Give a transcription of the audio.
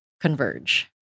converge